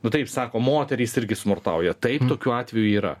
nu taip sako moterys irgi smurtauja taip tokių atvejų yra